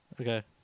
okay